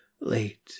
late